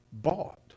Bought